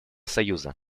союза